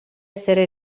essere